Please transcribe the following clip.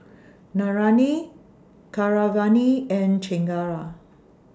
Naraina Keeravani and Chengara